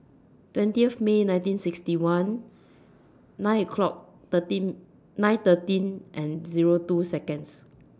twentieth May nineteen sixty one nine o'clock thirteen nine thirteen and Zero two Seconds